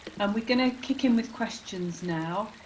we are going to kick in with questions now,